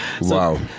Wow